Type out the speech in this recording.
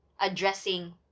addressing